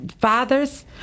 fathers